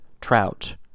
trout